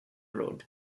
road